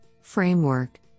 framework